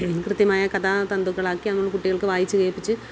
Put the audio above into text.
കൃത്യമായ കഥാ തന്തുക്കളാക്കി അത് കുട്ടികൾക്ക് വായിച്ചു കേൾപ്പിച്ച്